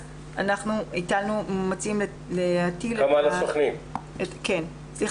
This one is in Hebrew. אנחנו מציעים להטיל את זה על הסוכנים והמארגנים.